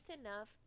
enough